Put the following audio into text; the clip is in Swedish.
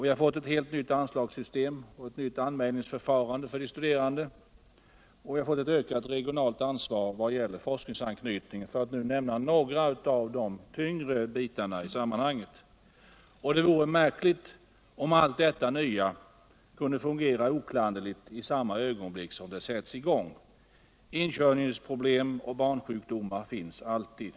Vi har fått ett helt nytt anslagssystem och ett nytt anmälningsförfarande för de studerande samt ett ökat regionalt ansvar vad gäller forskningsanknytningen. för att nu nämna några av de tyngre delarna i sammanhanget. Det vore märkligt om allt detta nya kunde fungera oklanderligt i samma ögonblick som det sätts i gång. Inkörningsproblem och barnsjukdomar finns alltid.